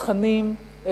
תכנים,